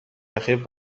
اخیر